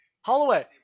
Holloway